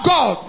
God